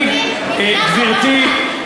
אתה גזען ואתה,